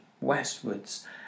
westwards